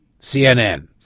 CNN